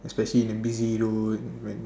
especially in a busy road when